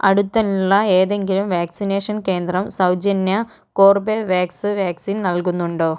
അടുത്തുള്ള ഏതെങ്കിലും വാക്സിനേഷൻ കേന്ദ്രം സൗജന്യ കോർബെവാക്സ് വാക്സിൻ നൽകുന്നുണ്ടോ